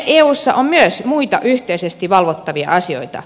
eussa on myös muita yhteisesti valvottavia asioita